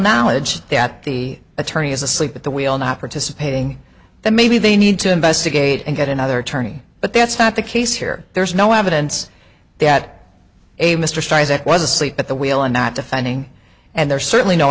knowledge that the attorney is asleep at the wheel not participating that maybe they need to investigate and get another attorney but that's not the case here there's no evidence that a mr size that was asleep at the wheel i'm not defending and there's certainly no